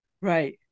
Right